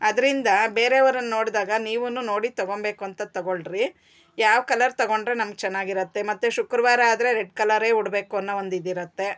ಅದರಿಂದ ಬೇರೆಯವ್ರನ್ನ ನೋಡಿದಾಗ ನೀವೂ ನೋಡಿ ತೊಗೊಳ್ಬೇಕು ಅಂತ ತೊಗೊಳ್ರಿ ಯಾವ ಕಲರ್ ತೊಗೊಂಡ್ರೆ ನಮಗೆ ಚೆನ್ನಾಗಿರುತ್ತೆ ಮತ್ತೆ ಶುಕ್ರವಾರ ಆದರೆ ರೆಡ್ ಕಲ್ಲರೇ ಉಡಬೇಕು ಅನ್ನೋ ಒಂದಿದಿರುತ್ತೆ